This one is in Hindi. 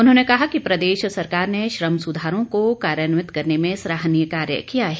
उन्होंने कहा कि प्रदेश सरकार ने श्रम सुधारों को कार्यान्वित करने में सराहनीय कार्य किया है